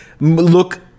look